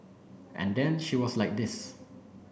and then she was like this